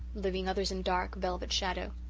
leaving others in dark, velvet shadow.